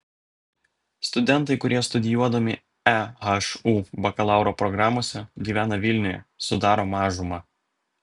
studentai kurie studijuodami ehu bakalauro programose gyvena vilniuje sudaro mažumą